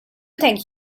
think